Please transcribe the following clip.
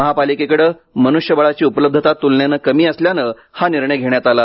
महापालिकेकडे मनुष्यबळाची उपलब्धता तुलनेने कमी असल्याने हा निर्णय घेण्यात आला